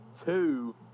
Two